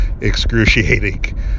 excruciating